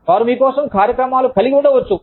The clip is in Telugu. వారు మీ కోసం కార్యక్రమాలు కలిగి ఉండవచ్చు